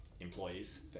employees